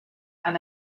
and